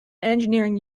engineering